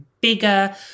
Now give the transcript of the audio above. bigger